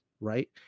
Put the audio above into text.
right